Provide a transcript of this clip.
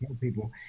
people